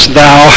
thou